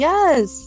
Yes